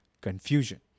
confusion